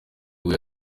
ubwo